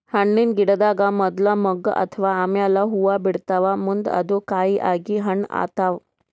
ಹಣ್ಣಿನ್ ಗಿಡದಾಗ್ ಮೊದ್ಲ ಮೊಗ್ಗ್ ಆತವ್ ಆಮ್ಯಾಲ್ ಹೂವಾ ಬಿಡ್ತಾವ್ ಮುಂದ್ ಅದು ಕಾಯಿ ಆಗಿ ಹಣ್ಣ್ ಆತವ್